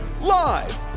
Live